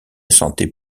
sentait